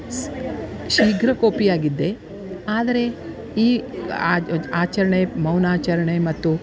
ಸ್ ಶೀಘ್ರ ಕೋಪಿ ಆಗಿದ್ದೆ ಆದರೆ ಈ ಆಚರಣೆ ಮೌನಾಚರಣೆ ಮತ್ತು